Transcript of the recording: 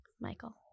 Michael